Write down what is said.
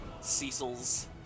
Cecil's